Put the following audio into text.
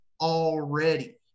already